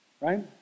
Right